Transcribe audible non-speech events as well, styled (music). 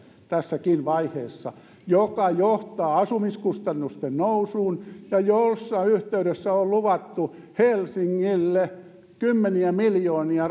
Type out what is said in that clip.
tässäkin vaiheessa pakkolakia joka johtaa asumiskustannusten nousuun ja jonka yhteydessä on luvattu helsingille kymmeniä miljoonia (unintelligible)